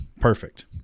Perfect